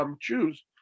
choose